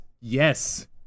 Yes